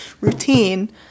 routine